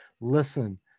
listen